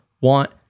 want